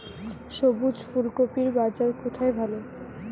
সবুজ ফুলকপির বাজার কোথায় ভালো?